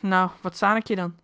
nou wat zanik je dan